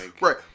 Right